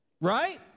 Right